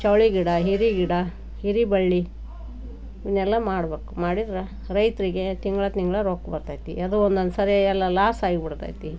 ಚವಳಿ ಗಿಡ ಹೀರೇ ಗಿಡ ಹೀರೇ ಬಳ್ಳಿ ಇವನ್ನೆಲ್ಲ ಮಾಡ್ಬೇಕು ಮಾಡಿದ್ರೆ ರೈತರಿಗೆ ತಿಂಗಳಾ ತಿಂಗಳಾ ರೊಕ್ಕ ಬರ್ತದೆ ಅದು ಒಂದೊಂದು ಸರಿ ಎಲ್ಲ ಲಾಸಾಗಿ ಬಿಡ್ತದೆ